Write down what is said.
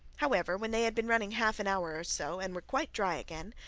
however, when they had been running half an hour or so, and were quite dry again,